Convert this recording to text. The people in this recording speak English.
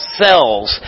cells